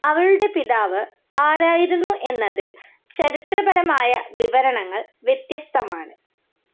അവളുടെ പിതാവ് ആരായിരുന്നു എന്നതിൽ ചരിത്രപരമായ വിവരണങ്ങൾ വ്യത്യസ്തമാണ്